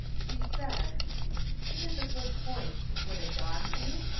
he said it is a good point. would a dog do?